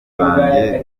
banjye